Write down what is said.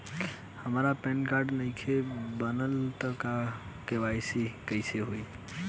हमार PAN card नईखे बनल त के.वाइ.सी कइसे होई?